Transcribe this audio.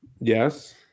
Yes